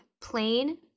plain